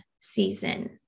season